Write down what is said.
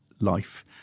life